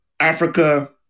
Africa